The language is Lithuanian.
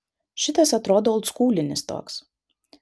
šitas atrodo oldskūlinis toks